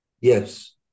Yes